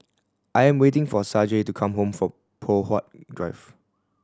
I'm waiting for Saige to come home for Poh Huat Drive